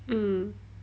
mm